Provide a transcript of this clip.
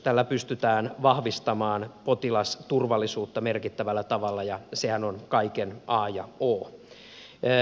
tällä pystytään vahvistamaan potilasturvallisuutta merkittävällä tavalla ja sehän on kaiken a ja o